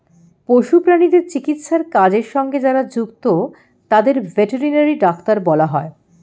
পশু প্রাণীদের চিকিৎসার কাজের সঙ্গে যারা যুক্ত তাদের ভেটেরিনারি ডাক্তার বলা হয়